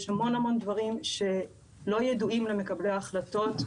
יש המון המון דברים שלא ידועים למקבלי החלטות,